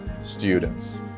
students